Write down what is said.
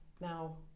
Now